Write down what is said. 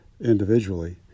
individually